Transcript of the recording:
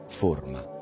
forma